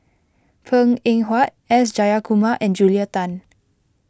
Png Eng Huat S Jayakumar and Julia Tan